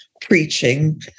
preaching